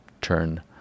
turn